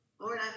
Lord